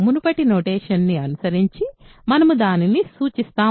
మునుపటి నొటేషన్ ని అనుసరించి మనము దానిని సూచిస్తాము